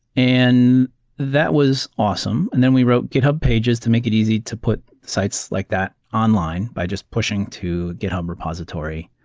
and that was awesome. and then we wrote github pages to make it easy to put sites like that online by just pushing to a github repository.